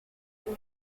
dem